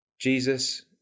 Jesus